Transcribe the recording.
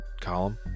column